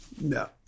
no